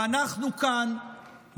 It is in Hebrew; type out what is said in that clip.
ואנחנו כאן,